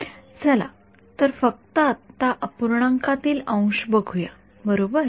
चला तर फक्त आत्ता अपूर्णांकातील अंश बघूया बरोबर